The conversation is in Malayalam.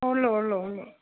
ഉള്ളൂ ഉള്ളൂ ഉള്ളൂ